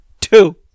two